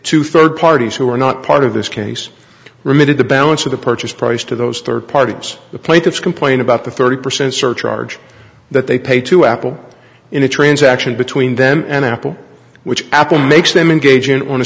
to third parties who are not part of this case remitted the balance of the purchase price to those third parties the plaintiffs complain about the thirty percent surcharge that they pay to apple in a transaction between them and apple which apple makes them engage